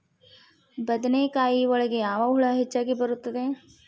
ಬದನೆಕಾಯಿ ಒಳಗೆ ಯಾವ ಹುಳ ಹೆಚ್ಚಾಗಿ ಬರುತ್ತದೆ?